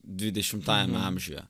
dvidešimtajame amžiuje